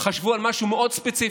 חשבו על משהו מאוד ספציפי,